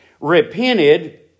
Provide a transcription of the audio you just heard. repented